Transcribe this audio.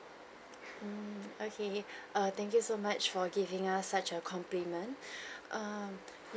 mm okay err thank you so much for giving us such a compliment um